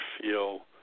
feel